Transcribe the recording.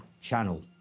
channel